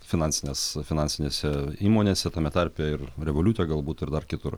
finansines finansinėse įmonėse tame tarpe ir revoliute galbūt ir dar kitur